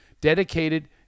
dedicated